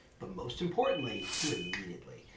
but most importantly, do it immediately.